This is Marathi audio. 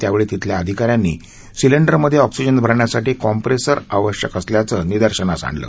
त्यावेळी तिथल्या अधिकाऱ्यांनी सिलेंडरमध्ये ऑक्सीजन भरण्यासाठी कॉम्प्रेसर आवश्यकता असल्याचं निदर्शनास आणलं